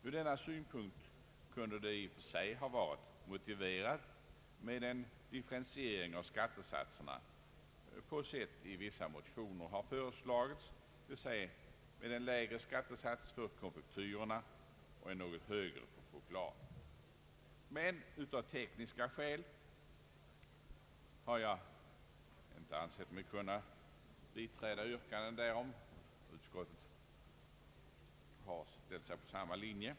Ur denna synpunkt kunde det i och för sig ha varit motiverat med en differentiering av skattesatserna på sätt som föreslagits i vissa motioner, dvs. med en lägre skattesats för konfektyrerna och en något högre för choklad. Men av tekniska skäl har jag inte ansett mig kunna biträda yrkandet därom. Utskottet har ställt sig på samma linje.